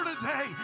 today